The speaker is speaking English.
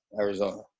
Arizona